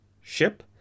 ship